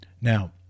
Now